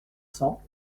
cents